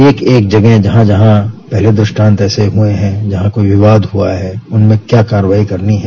एक एक जगह जहां जहां पहले दृष्टांत ऐसे हुए हैं जहां कोई विवाद हुआ है उनमें क्या कार्रवाई करनी है